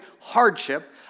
hardship